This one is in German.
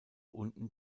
unten